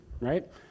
right